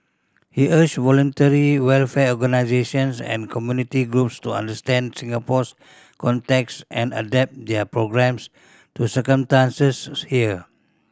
he urged voluntary welfare organisations and community groups to understand Singapore's context and adapt their programmes to circumstances here